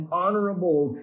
honorable